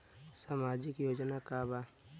सामाजिक योजना का बा?